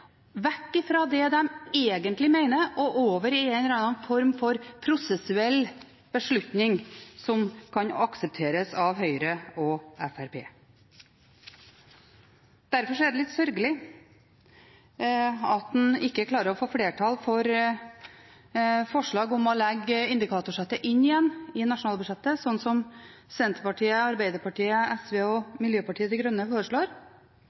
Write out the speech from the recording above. vekk fra det de egentlig mener og over i en eller annen form for prosessuell beslutning som kan aksepteres av Høyre og Fremskrittspartiet. Derfor er det litt sørgelig at en ikke klarer å få flertall for forslaget om å legge indikatorsettet inn igjen i nasjonalbudsjettet, slik som Senterpartiet, Arbeiderpartiet, SV og Miljøpartiet De Grønne foreslår.